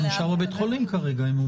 הם אומרים שזה נשאר בבית החולים כרגע.